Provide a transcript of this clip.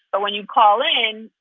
but when you call in,